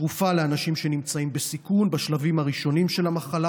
תרופה לאנשים שנמצאים בסיכון בשלבים הראשונים של המחלה,